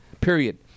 period